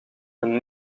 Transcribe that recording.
een